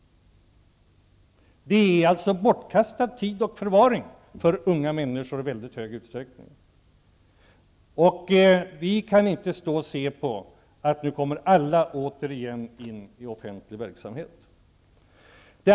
Det är alltså i mycket hög utsträckning bortkastad tid och förvaring för unga människor. Vi kan inte stå och se på att alla nu åter kommer in i offentlig verksamhet.